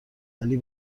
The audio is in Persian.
ولی